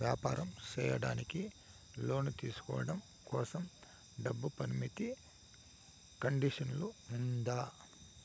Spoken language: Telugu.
వ్యాపారం సేయడానికి లోను తీసుకోవడం కోసం, డబ్బు పరిమితి కండిషన్లు ఉందా?